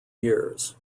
years